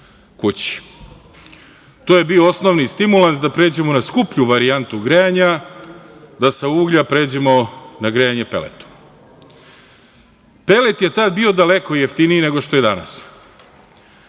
je bio osnovni stimulans da pređemo na skuplju varijantu grejanja, da sa uglja pređemo na grejanje peletom. Pelet je tad bio daleko jeftiniji nego što je danas.